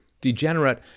degenerate